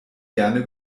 gerne